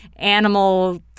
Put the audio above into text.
animal